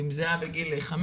אם זה היה בגיל חמש-שש-שבע,